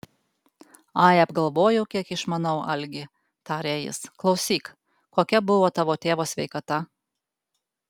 ai apgalvojau kiek išmanau algi tarė jis klausyk kokia buvo tavo tėvo sveikata